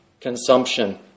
consumption